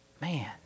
Man